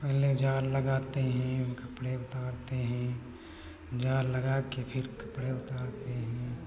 पहले जाल लगाते हैं कपड़े उतारते हैं जाल लगा के फिर कपड़े उतारते हैं